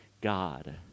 God